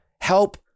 help